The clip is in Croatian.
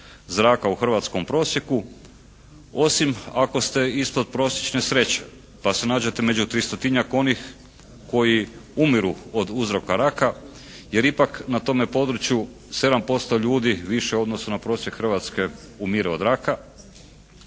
zraka u hrvatskom prosjeku, osim ako ste ispod prosječne sreće pa se nađete među tristotinjak onih koji umiru od uzroka raka, jer ipak na tome području 7% ljudi više u odnosu na prosjek Hrvatske umire od raka.